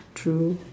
true